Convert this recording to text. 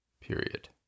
Period